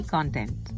Content